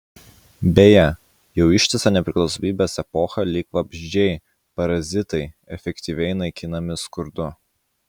beje jau ištisą nepriklausomybės epochą lyg vabzdžiai parazitai efektyviai naikinami skurdu